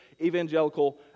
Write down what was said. evangelical